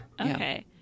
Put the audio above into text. Okay